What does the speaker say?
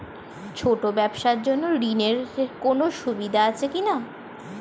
ছোট ব্যবসার জন্য ঋণ এর কোন সুযোগ আছে কি না?